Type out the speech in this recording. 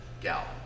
gal